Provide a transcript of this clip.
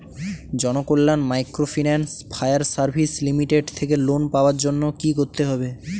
Janakalyan microfinance fire service limited থেকে loan পাওয়ার জন্য কি করতে হবে?